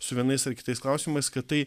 su vienais ar kitais klausimais kad tai